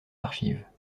archives